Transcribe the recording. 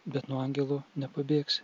bet nuo angelo nepabėgsi